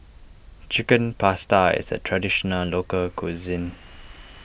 Chicken Pasta is a Traditional Local Cuisine